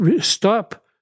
stop